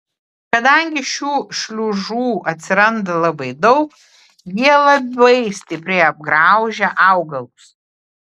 kadangi šių šliužų atsiranda labai daug jie labai stipriai apgraužia augalus